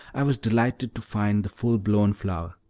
i was delighted to find the full-blown flower.